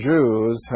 Jews